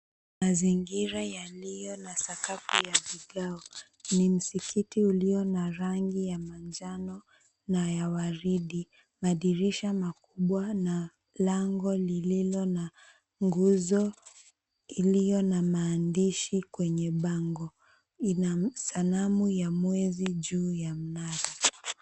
Mazingira yaliyo na sakafu ya vigao ni msikiti ulio na rangi ya manjano na ya waridi, madirisha makubwa na lango lililo na nguzo iliyo na maandishi kwenye bango. Ina sanamu ya mwezi juu ya mnara.